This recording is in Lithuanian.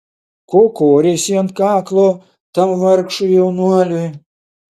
ko koreisi ant kaklo tam vargšui jaunuoliui